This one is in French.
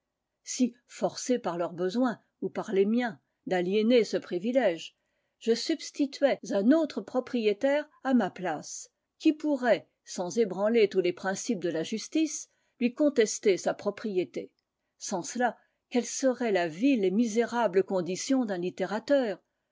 si forcé par leurs besoins ou par les miens d'aliéner ce privilège je substituais un autre propriétaire à ma place qui pourrait sans ébranler tous les principes de la justice lui contester sa propriété sans cela quelle serait la vile et misérable condition d'un littérateur